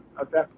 Okay